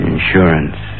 Insurance